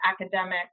academic